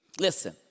listen